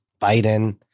Biden